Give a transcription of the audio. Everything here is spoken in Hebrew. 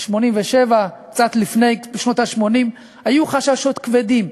ב-1987, קצת לפני, בשנות ה-80, היו חששות כבדים: